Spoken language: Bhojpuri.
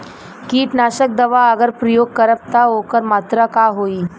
कीटनाशक दवा अगर प्रयोग करब त ओकर मात्रा का होई?